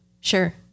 Sure